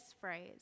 phrase